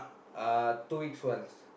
uh two weeks once